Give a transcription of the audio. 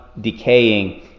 decaying